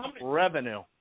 Revenue